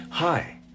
Hi